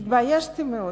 התביישתי מאוד,